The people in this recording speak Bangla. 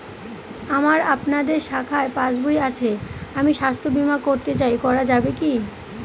আমার আপনাদের শাখায় পাসবই আছে আমি স্বাস্থ্য বিমা করতে চাই করা যাবে কি?